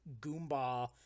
Goomba